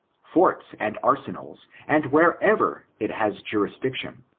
forts, and arsenals, and wherever it has jurisdiction.